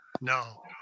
No